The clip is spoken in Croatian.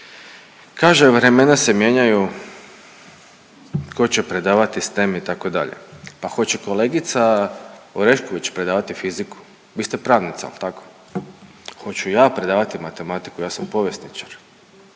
Kaže vremena se mijenjaju ko će predavati STEM itd., pa Hoće kolegica Orešković predavati fiziku? Vi ste pravnica jel tako, hoću ja predavati matematiku, ja sam povjesničar.